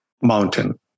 Mountain